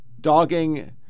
dogging